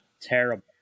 Terrible